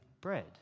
bread